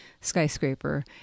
skyscraper